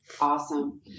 Awesome